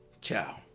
Ciao